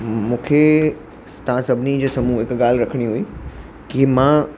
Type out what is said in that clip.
मूंखे तव्हां सभिनी जे साम्हूं हिकु ॻाल्हि रखणी हुई की मां